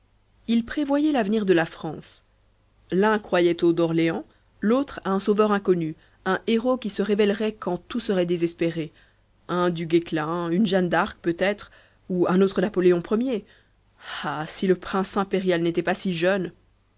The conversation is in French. ils prévoyaient l'avenir de la france l'un croyait aux d'orléans l'autre à un sauveur inconnu un héros qui se révèlerait quand tout serait désespéré un du guesclin une jeanne d'arc peut-être ou un autre napoléon ier ah si le prince impérial n'était pas si jeune